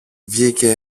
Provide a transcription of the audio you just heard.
βγήκε